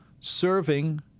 serving